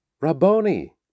Rabboni